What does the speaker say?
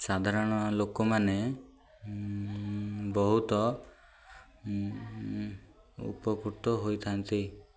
ସାଧାରଣ ଲୋକମାନେ ବହୁତ ଉପକୃତ ହୋଇଥାନ୍ତି